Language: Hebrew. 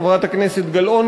חברת הכנסת גלאון,